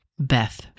Beth